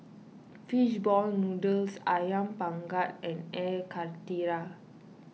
Fish Ball Noodles Ayam Panggang and Air Karthira